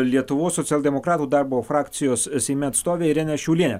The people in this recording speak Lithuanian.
lietuvos socialdemokratų darbo frakcijos seime atstovę ireną šiaulienę